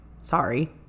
sorry